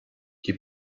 die